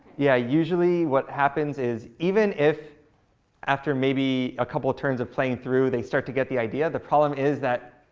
yeah, usually what happens is, even if after maybe a couple of turns of playing through they start to get the idea, the problem is that,